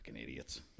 idiots